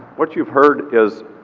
what you've heard is